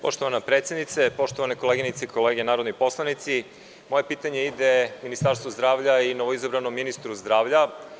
Poštovana predsednice, poštovane koleginice i kolege narodni poslanici, moje pitanje ide Ministarstvu zdravlja i novoizabranom ministru zdravlja.